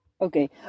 Okay